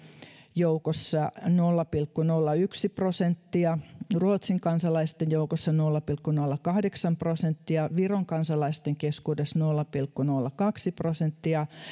joukossa nolla pilkku nolla yksi prosenttia ruotsin kansalaisten joukossa nolla pilkku nolla kahdeksan prosenttia viron kansalaisten keskuudessa nolla pilkku nolla kaksi prosenttia